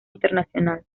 internacional